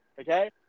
okay